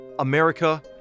America